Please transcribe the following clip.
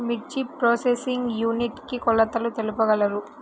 మిర్చి processing unit కి కొలతలు తెలుపగలరు?